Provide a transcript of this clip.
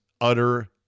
utter